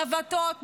נווטות,